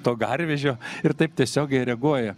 to garvežio ir taip tiesiogiai reaguoja